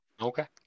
Okay